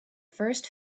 first